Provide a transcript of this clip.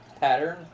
pattern